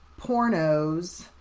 pornos